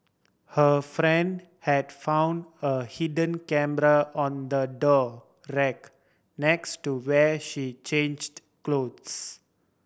her friend had found a hidden camera on the door rack next to where she changed clothes